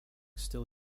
still